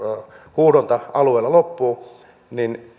huuhdonta alueella loppuu niin